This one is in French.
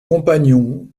compagnons